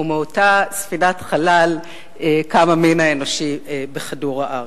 ומאותה ספינת חלל קם המין האנושי בכדור-הארץ.